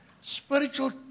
spiritual